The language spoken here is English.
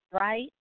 right